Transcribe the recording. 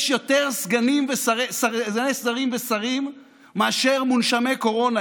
יש יותר סגני שרים ושרים מאשר מונשמי קורונה.